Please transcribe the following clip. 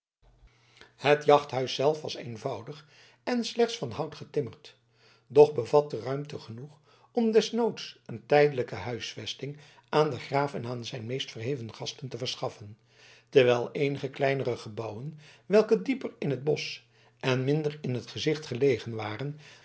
het jachthuis zelf was eenvoudig en slechts van hout getimmerd doch bevatte ruimte genoeg om desnoods een tijdelijke huisvesting aan den graaf en aan zijn meest verheven gasten te verschaffen terwijl eenige kleinere gebouwen welke dieper in t bosch en minder in t gezicht gelegen waren